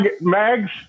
Mags